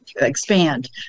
expand